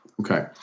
Okay